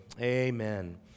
Amen